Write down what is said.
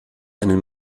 einen